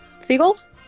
Seagulls